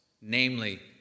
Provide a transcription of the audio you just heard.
Namely